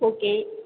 okay